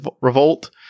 Revolt